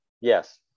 Yes